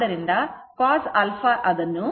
ಆದ್ದರಿಂದ cos α 1013